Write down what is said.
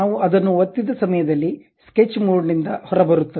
ನಾವು ಅದನ್ನು ಒತ್ತಿದ ಸಮಯದಲ್ಲಿ ಸ್ಕೆಚ್ ಮೋಡ್ ದಿಂದ ಹೊರಬರುತ್ತದೆ